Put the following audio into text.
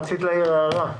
רצית להעיר הערה.